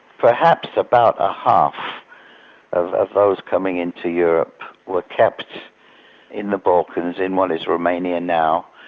perhaps about a half of those coming into europe were kept in the balkans in what is romania now,